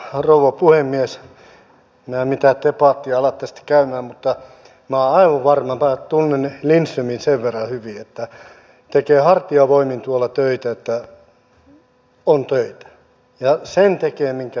minä en mitään debattia ala tästä käymään mutta minä olen aivan varma minä tunnen lindströmin sen verran hyvin että hän tekee hartiavoimin tuolla töitä että on töitä ja sen tekee minkä pystyy